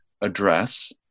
address